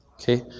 okay